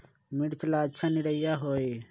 मिर्च ला अच्छा निरैया होई?